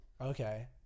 Okay